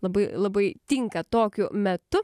labai labai tinka tokiu metu